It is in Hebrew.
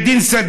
בית דין שדה,